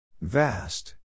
Vast